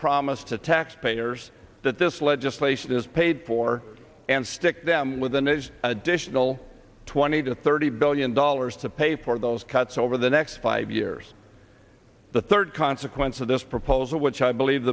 promise to taxpayers that this legislation is paid for and stick them with an age additional twenty to thirty billion dollars to pay for those cuts over the next five years the third consequence of this proposal which i believe